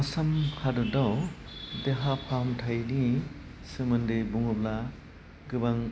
आसाम हादरसायाव देहा फाहामथाइनि सोमोन्दै बुङोब्ला गोबां